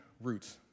roots